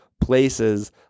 places